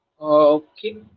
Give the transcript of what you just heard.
Okay